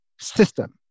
system